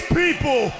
people